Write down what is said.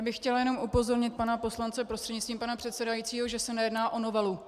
Já bych chtěla jenom upozornit pana poslance prostřednictvím pana předsedajícího, že se nejedná o novelu.